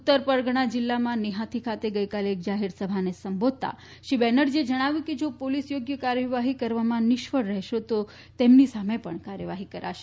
ઉત્તર પરગણા જિલ્લામાં મેફાતી ખાતે ગઈકાલે એક જાહેર સભાને સંબોધતા શ્રી બેનર્જીએ જણાવ્યું હતું કે જા પોલીસ યોગ્ય કાર્યવાફી કરવામાં નિષ્ફળ રહેશે તો તેમની સામે પણ કાર્યવાડ્યી કરાશે